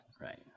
Right